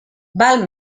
val